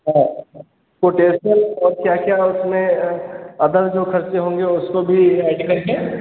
हाँ तो कैसे और क्या क्या उसमें अदर जो ख़र्चे होंगे उनको भी ऐड करके